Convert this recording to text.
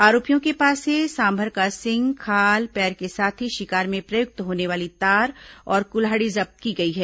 आरोपियों के पास से सांभर का सींग खाल पैर के साथ ही शिकार में प्रयुक्त होने वाली तार और कुल्हाड़ी जब्त की गई है